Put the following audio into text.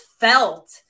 felt